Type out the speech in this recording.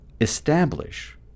establish